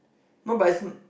no but as in